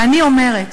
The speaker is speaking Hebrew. ואני אומרת